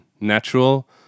natural